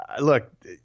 look